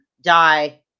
die